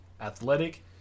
Athletic